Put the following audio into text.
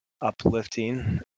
uplifting